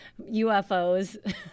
UFOs